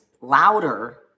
louder